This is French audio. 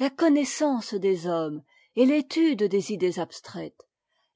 la connaissance des hommes et t'élude des idées abstraites